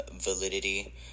validity